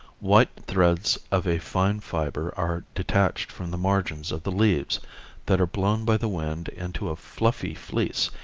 white threads of a finer fiber are detached from the margins of the leaves that are blown by the wind into a fluffy fleece,